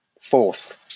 fourth